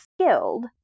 skilled